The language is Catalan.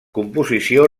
composició